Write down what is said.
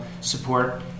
support